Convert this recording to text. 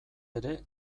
ere